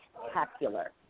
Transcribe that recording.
spectacular